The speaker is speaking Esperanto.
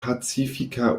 pacifika